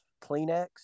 Kleenex